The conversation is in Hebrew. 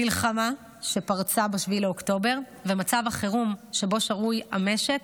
המלחמה שפרצה ב-7 באוקטובר ומצב החירום שבו שרוי המשק